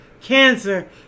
cancer